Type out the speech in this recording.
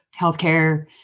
Healthcare